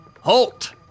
Halt